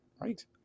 Right